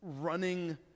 running